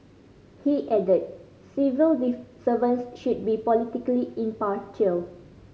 he added civil servants should be politically impartial